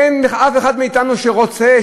אין אחד מאתנו שרוצה,